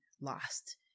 lost